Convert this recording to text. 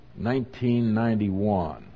1991